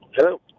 Hello